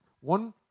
One